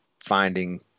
finding